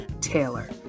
taylor